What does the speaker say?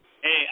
Hey